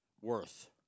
Worth